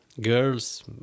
Girls